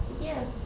Yes